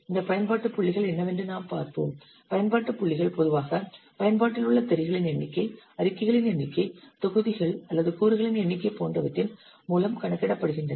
இந்த பயன்பாட்டு புள்ளிகள் என்னவென்று நாம் பார்ப்போம் பயன்பாட்டு புள்ளிகள் பொதுவாக பயன்பாட்டில் உள்ள திரைகளின் எண்ணிக்கை அறிக்கைகளின் எண்ணிக்கை தொகுதிகள் அல்லது கூறுகளின் எண்ணிக்கை போன்றவற்றின் மூலம் கணக்கிடப்படுகின்றன